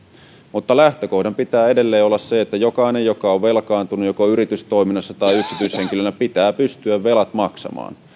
mutta lähtökohdan pitää edelleen olla se että jokaisen joka on velkaantunut joko yritystoiminnassa tai yksityishenkilönä pitää pystyä velat maksamaan